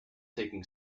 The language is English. taking